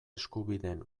eskubideen